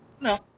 No